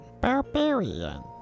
barbarian